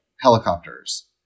helicopters